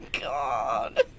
God